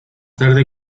tarde